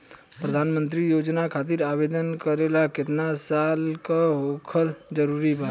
प्रधानमंत्री योजना खातिर आवेदन करे ला केतना साल क होखल जरूरी बा?